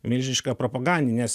milžiniška propagandinės